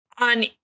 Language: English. on